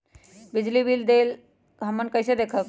बिजली बिल देल हमन कईसे देखब?